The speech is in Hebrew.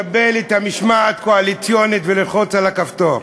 לפני שאתם מחליטים לקבל את המשמעת הקואליציונית וללחוץ על הכפתור,